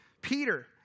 Peter